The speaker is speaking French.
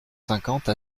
cinquante